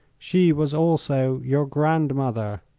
she was also your grandmother.